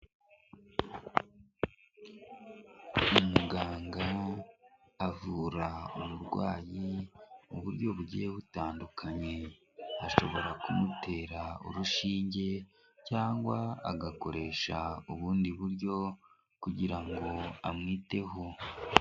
Umuganga avura uburwayi mu buryo bugiye butandukanye, ashobora kumutera urushinge cyangwa agakoresha ubundi buryo kugira ngo amwiteho.